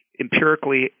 empirically